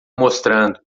mostrando